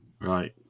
Right